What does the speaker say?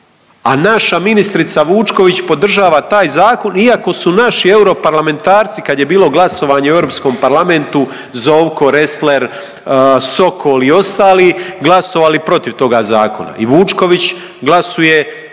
a naša ministrica Vučković podržava taj zakon iako su naši europarlamentarci kad je bilo glasanje u Europskom parlamentu, Zovko, Resler, Sokol i ostali, glasovali protiv toga zakona i Vučković glasuje